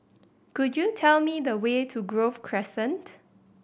could you tell me the way to Grove Crescent